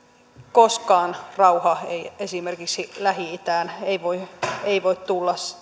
koskaan rauha esimerkiksi lähi itään ei voi ei voi tulla